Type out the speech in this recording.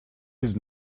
his